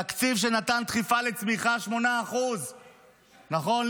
תקציב שנתן דחיפה לצמיחה 8%. נכון,